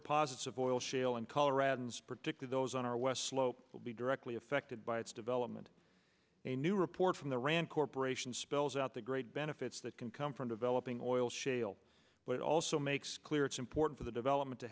deposits of oil shale and coloradans predicted those on our west slope will be directly affected by its development a new report from the rand corporation spells out the great benefits that can come from developing oil shale but also makes clear it's important for the development to